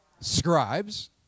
Scribes